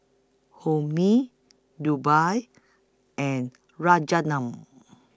Homi Dhirubhai and Rajaratnam